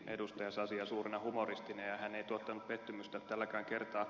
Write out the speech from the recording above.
sasia suurena humoristina ja hän ei tuottanut pettymystä tälläkään kertaa